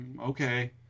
okay